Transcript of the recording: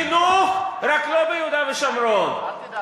"חינוך, רק לא ביהודה ושומרון" אל תדאג.